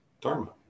Dharma